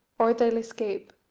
or they'll escape.